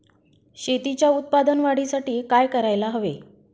शेतीच्या उत्पादन वाढीसाठी काय करायला हवे?